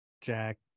Jack